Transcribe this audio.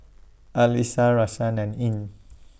Alyssa Raisya and Ain